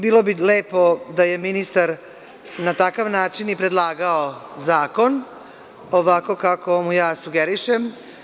Bilo bi lepo da je ministar na takav način i predlagao zakon, ovako kako mu ja sugerišem.